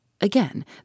Again